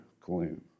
gloom